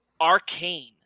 arcane